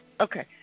Okay